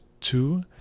two